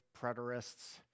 preterists